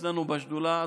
אצלנו בשדולה,